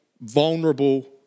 vulnerable